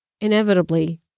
inevitably